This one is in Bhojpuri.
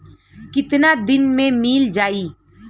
कितना दिन में मील जाई?